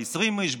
ב-20 איש,